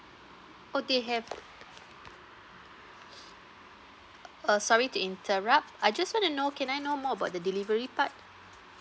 or they have uh sorry to interrupt I just want to know can I know more about the delivery part